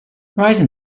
horizon